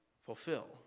fulfill